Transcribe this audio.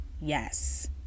yes